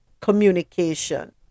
communication